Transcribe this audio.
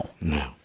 No